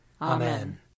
Amen